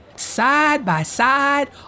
side-by-side